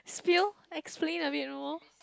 spill explain a bit more